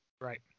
Right